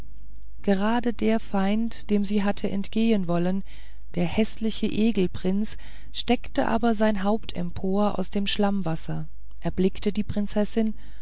gerade der feind dem sie hatte entgehen wollen der häßliche egelprinz streckte aber sein haupt empor aus dem schlammwasser erblickte die prinzessin